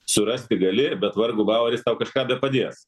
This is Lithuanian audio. surasti gali bet vargu bau ar jis tau kažką bepadės